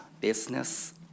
business